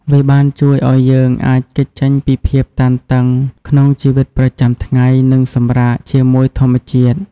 វាបានជួយឱ្យយើងអាចគេចចេញពីភាពតានតឹងក្នុងជីវិតប្រចាំថ្ងៃ និងសម្រាកជាមួយធម្មជាតិ។